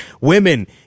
women